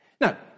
Now